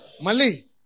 Mali